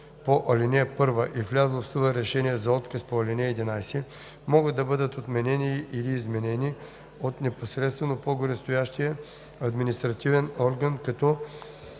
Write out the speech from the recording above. по ал. 1 и влязло в сила решение за отказ по ал. 11 могат да бъдат отменени или изменени от непосредствено по-горестоящия административен орган, като